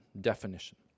definition